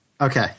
Okay